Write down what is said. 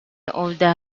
older